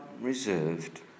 reserved